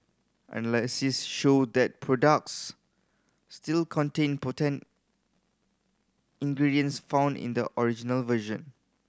analysis showed that products still contained potent ingredients found in the original version